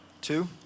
Two